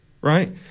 Right